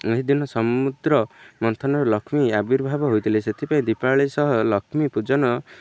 ଏହି ଦିନ ସମୁଦ୍ର ମନ୍ଥନ ଲକ୍ଷ୍ମୀ ଆବିର୍ଭାବ ହୋଇଥିଲେ ସେଥିପାଇଁ ଦୀପାବଳି ସହ ଲକ୍ଷ୍ମୀ ପୂଜନ